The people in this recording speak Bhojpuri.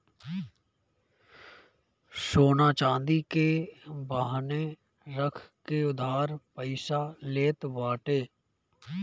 सोना चांदी के बान्हे रख के उधार पईसा लेत बाटे